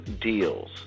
deals